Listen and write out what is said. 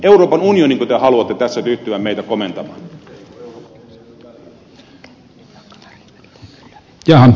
euroopan unioninko te haluatte tässä ryhtyvän meitä komentamaan